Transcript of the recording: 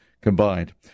combined